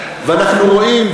ואנחנו רואים,